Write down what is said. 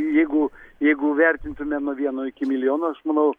jeigu jeigu vertintume nuo vieno iki milijono aš manau